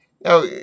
Now